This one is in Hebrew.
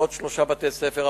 עוד שלושה בתי-ספר,